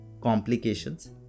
complications